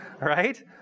right